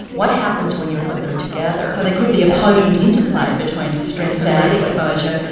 what happens when you put them together? so there could be a potent interplay between stress and lead exposure,